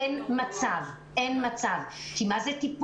אין מצב, אין מצב, כי זה מה טיפול?